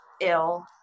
ill